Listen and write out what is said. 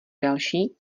další